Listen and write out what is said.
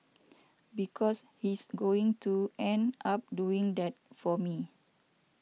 because he's going to end up doing that for me